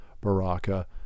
Baraka